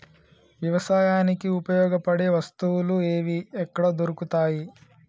వ్యవసాయానికి ఉపయోగపడే వస్తువులు ఏవి ఎక్కడ దొరుకుతాయి?